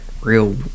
real